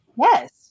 Yes